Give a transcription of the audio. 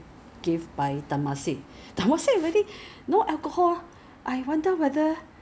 err 改次你去 that maybe next time the next time when you go and do passport 的时候 oh your fingerprint is gone